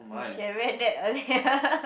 we should have read that earlier